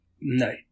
No